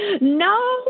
no